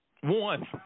one